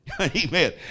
Amen